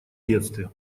детстве